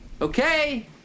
Okay